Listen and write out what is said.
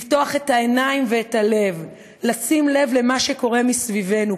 לפתוח את העיניים ואת הלב ולשים לב למה שקורה מסביבנו,